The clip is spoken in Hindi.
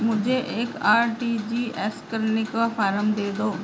मुझे एक आर.टी.जी.एस करने का फारम दे दो?